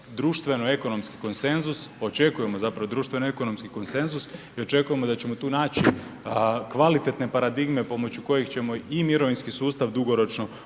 društveno ekonomski konsenzus, očekujemo zapravo društveno ekonomski konsenzus i očekujemo da ćemo tu naći kvalitetne paradigme pomoću kojeg ćemo i mirovinski sustav dugoročno